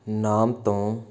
ਨਾਮ ਤੋਂ